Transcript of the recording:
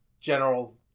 general